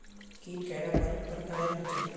कीट कैडा पर प्रकारेर होचे?